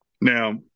Now